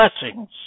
blessings